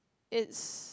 it's